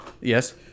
Yes